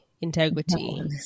Integrity